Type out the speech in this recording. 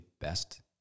best